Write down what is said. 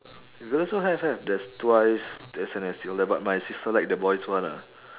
girls also have have there's twice there's a but my sister like the boys one ah